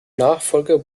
nachfolger